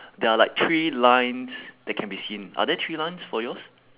there are like three lines that can be seen are there three lines for yours